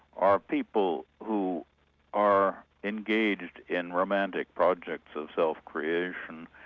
are people who are engaged in romantic projects of self-creation,